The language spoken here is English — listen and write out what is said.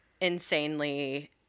insanely